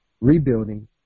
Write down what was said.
rebuilding